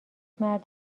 مرد